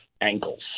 ankles